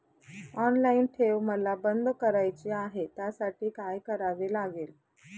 Online ठेव मला बंद करायची आहे, त्यासाठी काय करावे लागेल?